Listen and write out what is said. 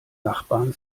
nachbarn